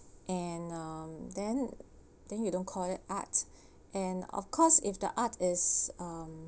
and um then then you don't call that art and of course if the art is um